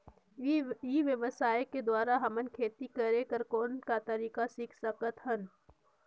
ई व्यवसाय के द्वारा हमन खेती करे कर कौन का तरीका सीख सकत हन?